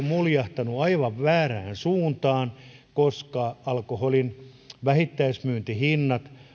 muljahtanut aivan väärään suuntaan koska alkoholin vähittäismyyntihinnat